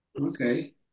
Okay